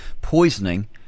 Poisoning